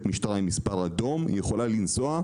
משטרה עם מספר אדום היא יכולה לנסוע,